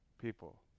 people